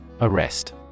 Arrest